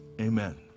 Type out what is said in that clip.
amen